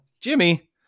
Jimmy